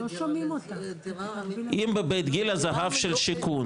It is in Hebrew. אם בבית גיל הזהב של השיכון,